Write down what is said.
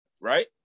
right